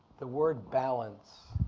the word balance.